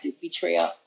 betrayal